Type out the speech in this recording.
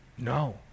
No